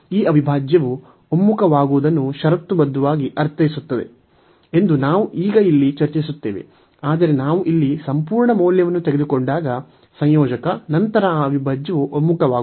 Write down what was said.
ಈ ಅವಿಭಾಜ್ಯವು ಒಮ್ಮುಖವಾಗುವುದನ್ನು ಷರತ್ತುಬದ್ಧವಾಗಿ ಅರ್ಥೈಸುತ್ತದೆ ಎಂದು ನಾವು ಈಗ ಇಲ್ಲಿ ಚರ್ಚಿಸುತ್ತೇವೆ ಆದರೆ ನಾವು ಇಲ್ಲಿ ಸಂಪೂರ್ಣ ಮೌಲ್ಯವನ್ನು ತೆಗೆದುಕೊಂಡಾಗ ಸಂಯೋಜಕ ನಂತರ ಈ ಅವಿಭಾಜ್ಯವು ಒಮ್ಮುಖವಾಗುವುದಿಲ್ಲ